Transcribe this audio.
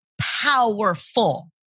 powerful